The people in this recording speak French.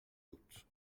doute